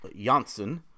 Janssen